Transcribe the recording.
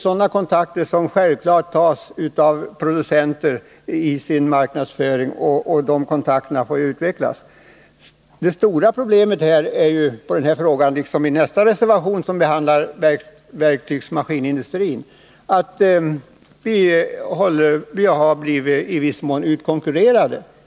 Sådana kontakter tas naturligtvis av producenterna i deras marknadsföring, och de kontakterna får utvecklas. Det stora problemet är — det gäller också för den industri som behandlas i nästa reservation, verktygsmaskinindustrin — att vi i viss mån har blivit utkonkurrerade.